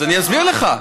אז אני אסביר לך.